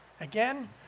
Again